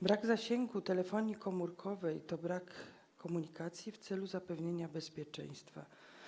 Brak zasięgu telefonii komórkowej to brak komunikacji w celu zapewnienia bezpieczeństwa.